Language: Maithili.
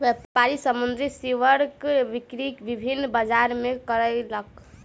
व्यापारी समुद्री सीवरक बिक्री विभिन्न बजार मे कयलक